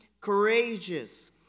courageous